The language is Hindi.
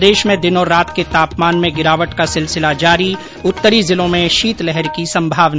प्रदेश में दिन और रात के तापमान में गिरावट का सिलसिला जारी उत्तरी जिलों में शीतलहर की संभावना